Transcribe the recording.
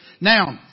Now